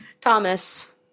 Thomas